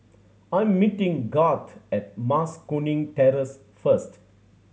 I am meeting Garth at Mas Kuning Terrace first